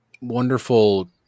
wonderful